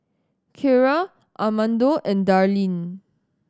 Kiera Armando and Darlyne